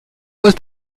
ist